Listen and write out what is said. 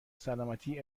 سلامتی